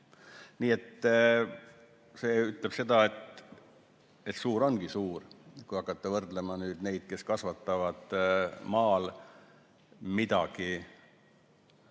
71. See ütleb seda, et suur ongi suur, kui hakata võrdlema nendega, kes kasvatavad maal midagi,